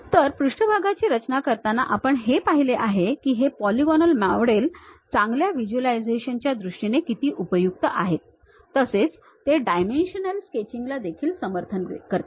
तर पृष्ठभागाची रचना करताना आपण हे पहिले आहे की हे पॉलीगॉनल मॉडेल चांगल्या व्हिज्युअलायझेशनच्या दृष्टीने किती उपयुक्त आहेत तसेच ते डायमेन्शनल स्केचिंगला समर्थन देखील देतात